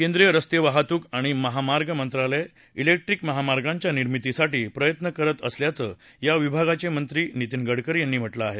केंद्रीय रस्ते वाहतूक आणि महामार्ग मंत्रालय इलेक्ट्रिक महामार्गांच्या निर्मितीसाठी प्रयत्न करत असल्याचं या विभागाचे मंत्री नितीन गडकरी यांनी म्हटलं आहे